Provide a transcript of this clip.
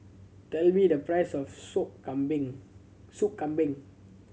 tell me the price of Sop Kambing Sop Kambing